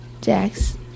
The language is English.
Jax